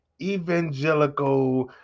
evangelical